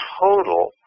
total